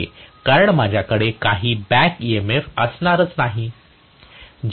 कारण माझ्याकडे काही बॅक EMF असणारच नाही